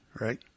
right